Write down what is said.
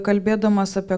kalbėdamas apie